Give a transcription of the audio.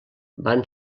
van